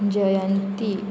जयंती